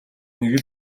нэг